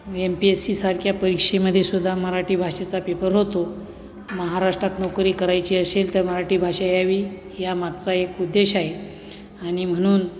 M P S सीसारख्या परीक्षेमध्येसुद्धा मराठी भाषेचा पेपर होतो महाराष्ट्रात नोकरी करायची असेल तर मराठी भाषा यावी या मागचा एक उद्देश आहे आणि म्हणून